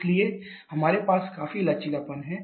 इसलिए हमारे पास काफी लचीलापन है